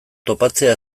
topatzea